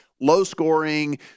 low-scoring